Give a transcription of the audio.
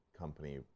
company